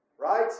Right